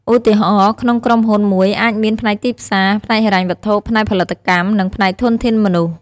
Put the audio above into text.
ឧទាហរណ៍ ក្នុងក្រុមហ៊ុនមួយអាចមានផ្នែកទីផ្សារ ផ្នែកហិរញ្ញវត្ថុ ផ្នែកផលិតកម្ម និងផ្នែកធនធានមនុស្ស។